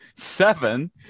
Seven